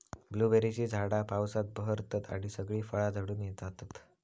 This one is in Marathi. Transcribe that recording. ब्लूबेरीची झाडा पावसात बहरतत आणि सगळी फळा झडून जातत